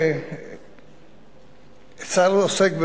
צה"ל עוסק,